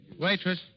Waitress